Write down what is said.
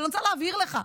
אני רוצה להבהיר לך: